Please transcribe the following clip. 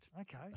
Okay